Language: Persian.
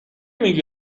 میگی